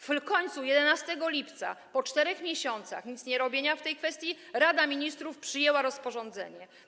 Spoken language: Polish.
W końcu 11 lipca, po 4 miesiącach nicnierobienia w tej kwestii, Rada Ministrów przyjęła rozporządzenie.